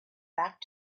back